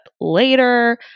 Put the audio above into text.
later